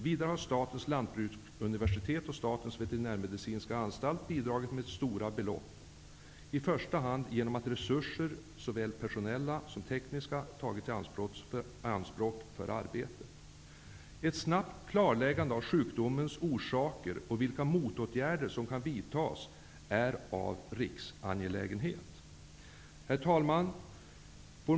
Vidare har Sveriges lantbruksuniversitet och Statens veterinärmedicinska Anstalt bidragit med stora belopp -- i första hand genom att resurser, såväl personella som tekniska, tagits i anspråk för arbetet. Ett snabbt klarläggande av sjukdomens orsaker och vilka motåtgärder som kan vidtag är en riksangelägenhet. Herr talman!